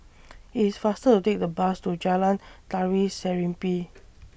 IT IS faster to Take The Bus to Jalan Tari Serimpi